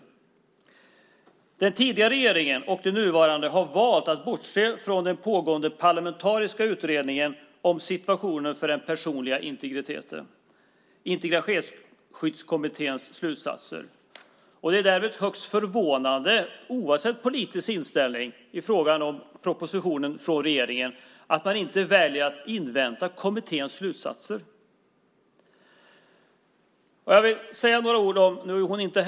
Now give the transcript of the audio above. Både den tidigare regeringen och den nuvarande regeringen har valt att bortse från den pågående parlamentariska utredningen om situationen vad gäller den personliga integriteten - Integrationsskyddskommitténs slutsatser. Det är därför, oavsett politisk inställning, högst förvånande att man i fråga om regeringens proposition inte väljer att invänta kommitténs slutsatser. Nu är Cecilia Malmström inte här i kammaren.